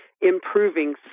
improving